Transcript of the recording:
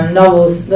novels